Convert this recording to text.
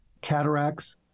cataracts